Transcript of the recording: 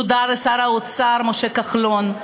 תודה לשר האוצר משה כחלון,